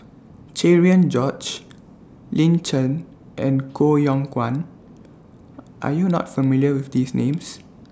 Cherian George Lin Chen and Koh Yong Guan Are YOU not familiar with These Names